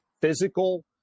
physical